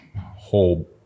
whole